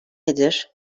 nedir